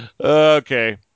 Okay